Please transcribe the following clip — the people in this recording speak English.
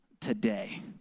today